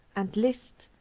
and liszt,